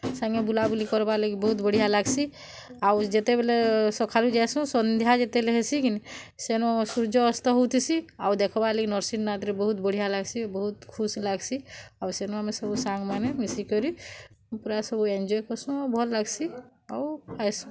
ସାଙ୍ଗେ ବୁଲାବୁଲି କର୍ବା ଲାଗି ବହୁତ୍ ବଢ଼ିଆ ଲାଗ୍ସି ଆଉ ଯେତେବେଲେ ସଖାଲୁ ଯାଏସୁଁ ସନ୍ଧ୍ୟା ଯେତେବେଲେ ହେସି କି ନାଇଁ ସେନୁ ସୂର୍ଯ୍ୟ ଅସ୍ତ ହଉଥିସି ଆଉ ଦେଖ୍ବା ଲାଗି ନୃସିଂହନାଥ୍ରେ ବହୁତ୍ ବଢ଼ିଆ ଲାଗ୍ସି ବହୁତ୍ ଖୁସ୍ ଲାଗ୍ସି ଆଉ ସେନୁ ସବୁ ସାଙ୍ଗ୍ମାନେ ମିଶି କରି ପୁରା ସବୁ ଏନ୍ଜୟ କର୍ସୁଁ ଆଉ ଭଲ୍ ଲାଗ୍ସି ଆଉ ଆଏସୁଁ